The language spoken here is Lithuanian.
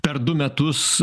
per du metus